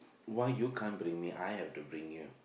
why you can't bring me I have to bring you